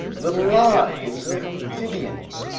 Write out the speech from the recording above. the lives of amphibians,